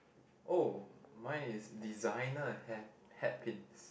oh mine is designer hair hat pins